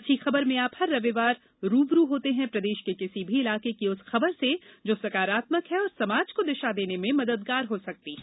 अच्छी खबर में आप हर रविवार रू ब रू होते हैं प्रदेश के किसी भी इलाके की उस खबर से जो सकारात्मक है और समाज को दिशा देने में मददगार हो सकती है